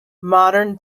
modern